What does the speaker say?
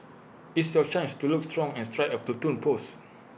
it's your chance to look strong and strike A Platoon pose